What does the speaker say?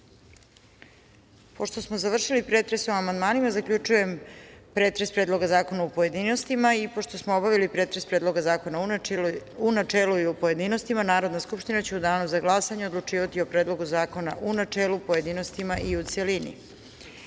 reč. Pošto smo završili pretres o amandmanima, zaključujem pretres Predloga zakona, u pojedinostima. Pošto smo obavili pretres Predloga zakona u načelu i u pojedinostima, Narodna skupština će u danu za glasanje odlučivati o Predlogu zakona u načelu, pojedinostima i u celini. Tačka